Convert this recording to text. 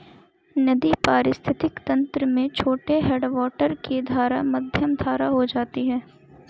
नदी पारिस्थितिक तंत्र में छोटे हैडवाटर की धारा मध्यम धारा हो जाती है